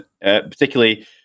particularly